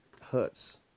hurts